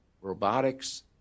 robotics –